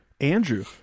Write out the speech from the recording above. Andrew